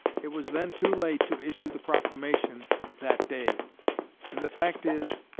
it was then too late to issue the proclamation that day and the fact is,